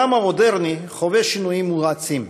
העולם המודרני חווה שינויים מואצים,